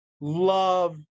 Love